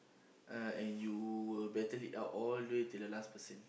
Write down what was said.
uh and you better lead out all the way to the last person